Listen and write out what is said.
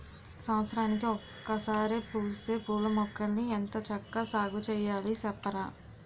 సంవత్సరానికి ఒకసారే పూసే పూలమొక్కల్ని ఎంత చక్కా సాగుచెయ్యాలి సెప్పరా?